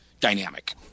dynamic